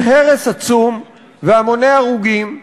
עם הרס עצום והמוני הרוגים,